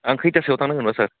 आं खैथासोआव थांनांगोनबा सार